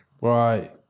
Right